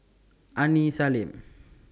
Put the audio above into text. Aini Salim